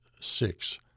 six